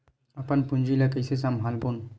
अपन पूंजी ला कइसे संभालबोन?